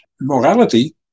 morality